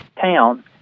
town